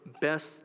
best